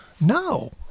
No